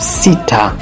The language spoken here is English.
sita